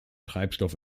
treibstoff